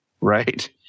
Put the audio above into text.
right